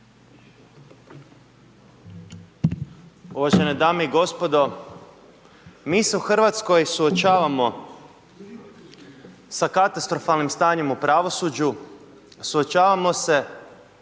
Uvažene dame i gospodo. Mi se u Hrvatskoj suočavamo sa katastrofalnim stanjem u pravosuđu, suočavamo se